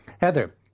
Heather